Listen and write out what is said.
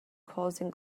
causing